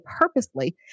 purposely